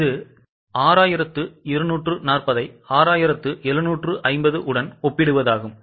இது 6240 ஐ 6750 உடன் ஒப்பிடுவதாகும்